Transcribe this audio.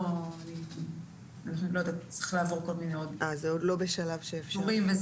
זה עוד לא בשלב שאפשר...